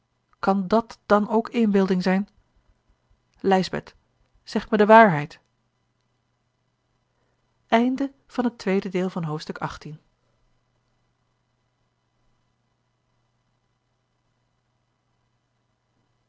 kan dàt dan ook inbeelding zijn lijsbeth zeg me de waarheid